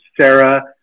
Sarah